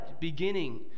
beginning